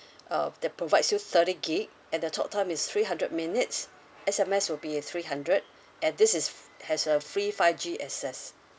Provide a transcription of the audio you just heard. uh the provides you thirty gigabytes and the talk time is three hundred minutes S_M_S will be three hundred and this is has a free five G access